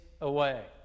away